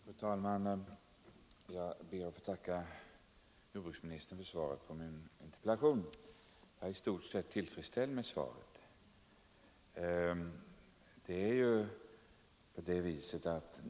Fru talman! Jag ber att få tacka jordbruksministern för svaret på min interpellation. Jag är i stort sett tillfredsställd med svaret.